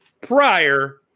prior